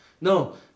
No